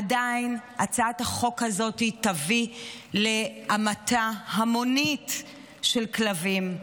עדיין הצעת החוק הזאת תביא להמתה המונית של כלבים.